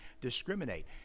discriminate